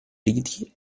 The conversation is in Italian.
riti